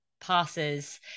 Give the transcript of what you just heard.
passes